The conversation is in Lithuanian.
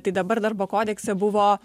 tai dabar darbo kodekse buvo